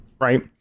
Right